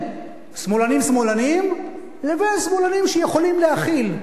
שמאלנים-שמאלנים לבין שמאלנים שיכולים להכיל.